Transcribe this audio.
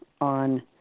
on